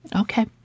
Okay